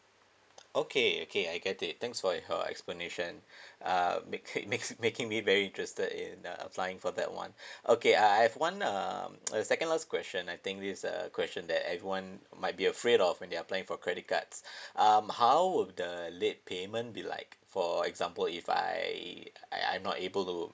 okay okay I get it thanks for your explanation uh making making making me very interested in uh applying for that one okay uh I have one um a second last question I think it's uh question that I've one might be afraid of when they applying for credit cards um how would the late payment be like for example if I I I'm not able to